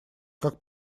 как